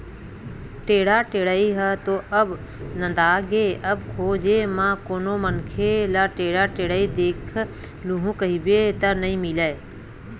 टेंड़ा टेड़ई ह तो अब नंदागे अब खोजे म कोनो मनखे ल टेंड़ा टेंड़त देख लूहूँ कहिबे त नइ मिलय